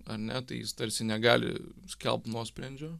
ar ne tai jis tarsi negali skelbt nuosprendžio